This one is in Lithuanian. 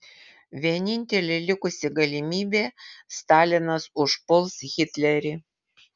vienintelė likusi galimybė stalinas užpuls hitlerį